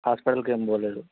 హాస్పిటల్కు ఏమి పోలేదు